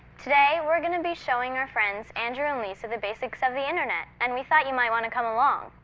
today, we're gonna be showing our friends andrew and lisa the basics of the internet. and we thought you might want to come along.